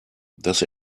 dass